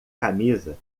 camisa